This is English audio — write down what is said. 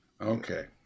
Okay